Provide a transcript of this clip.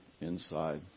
inside